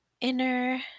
inner